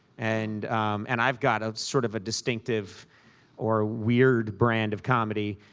and and i've got a sort of a distinctive or weird brand of comedy.